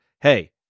hey